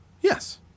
Yes